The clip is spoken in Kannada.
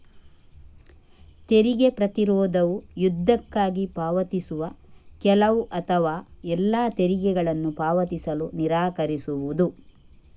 ತೆರಿಗೆ ಪ್ರತಿರೋಧವು ಯುದ್ಧಕ್ಕಾಗಿ ಪಾವತಿಸುವ ಕೆಲವು ಅಥವಾ ಎಲ್ಲಾ ತೆರಿಗೆಗಳನ್ನು ಪಾವತಿಸಲು ನಿರಾಕರಿಸುವುದು